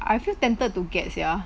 I feel tempted to get sia